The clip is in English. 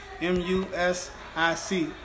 M-U-S-I-C